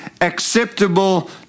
acceptable